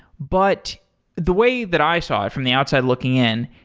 but the way that i saw it from the outside looking in,